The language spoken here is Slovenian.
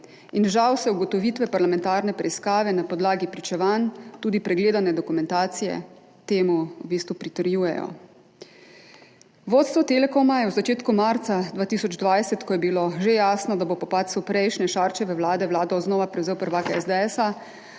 in žal vse ugotovitve parlamentarne preiskave na podlagi pričevanj, tudi pregledane dokumentacije, temu v bistvu pritrjujejo. Vodstvo Telekoma je v začetku marca 2020, ko je bilo že jasno, da bo po padcu prejšnje Šarčeve vlade vlado znova prevzel prvak SDS,